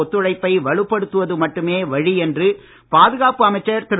ஒத்துழைப்பை வலுப்படுத்துவது மட்டுமே வழி என்று பாதுகாப்பு அமைச்சர் திரு